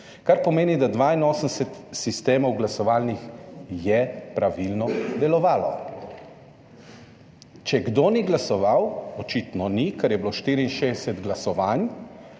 kar pomeni, da je 82 glasovalnih sistemov pravilno delovalo. Če kdo ni glasoval – očitno ni, ker je bilo 64 glasovanj